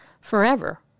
forever